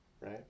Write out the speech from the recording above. right